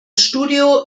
studio